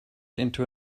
into